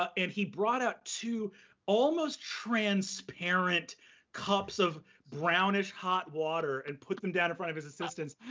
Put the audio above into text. and he brought out two almost transparent cups of brownish hot water and put them down in front of his assistants.